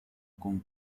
con